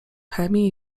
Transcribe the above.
chemii